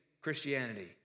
Christianity